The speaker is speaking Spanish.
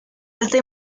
alta